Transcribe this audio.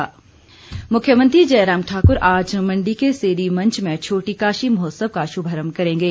मुख्यमंत्री मुख्यमंत्री जयराम ठाकुर आज मंडी के सेरी मंच में छोटी काशी महोत्सव का शुभारंभ करेंगे